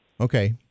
Okay